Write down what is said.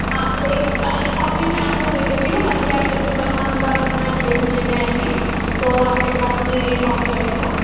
हाँ और एक एक कॉपी में आपको दे देती हूँ ताकि जब भी वन मंथ बाद आप अपना डिलीवरी लेने आयेंगे तो आपके पास ये कॉपी रहेगा